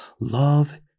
love